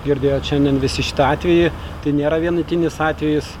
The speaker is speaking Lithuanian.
girdėjot šiandien visi šitą atvejį tai nėra vienetinis atvejis